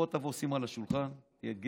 בוא, תבוא, שים על השולחן, תהיה גבר.